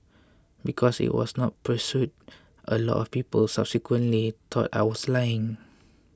because it was not pursued a lot of people subsequently thought I was lying